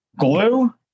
glue